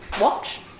watch